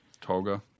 Toga